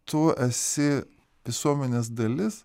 tu esi visuomenės dalis